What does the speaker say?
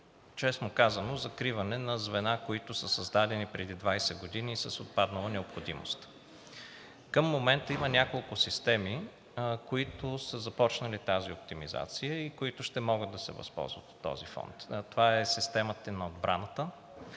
честно казано, закриване на звена, които са създадени преди 20 години, с отпаднала необходимост. Към момента има няколко системи, които са започнали тази оптимизация и които ще могат да се възползват от този фонд. Това е системата и на отбраната,